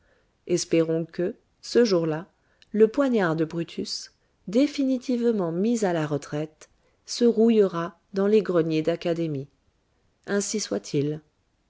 espérons que ce jour-là le poignard de brutus définitivement mis a la retraite se rouillera dans les greniers d'académie ainsi soit-il